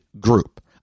group